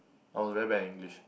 I was very bad in English